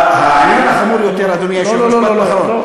העניין החמור יותר, אדוני היושב-ראש, לא לא לא לא.